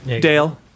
Dale